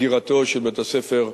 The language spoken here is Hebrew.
סגירתו של בית-הספר "זיו"